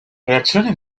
reacciones